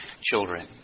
children